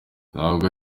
ntabwo